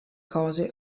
cose